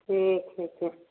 ठीक हइ फेर